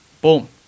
Boom